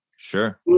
Sure